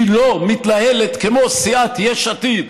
היא לא מתנהלת כמו סיעת יש עתיד,